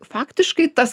faktiškai tas